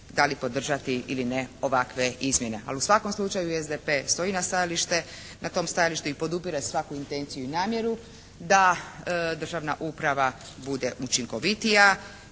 da li podržati ili ne ovakve izmjene. Ali u svakom slučaju SDP stoji na tom stajalištu i podupire svaku intenciju i namjeru da državna uprava bude učinkovitija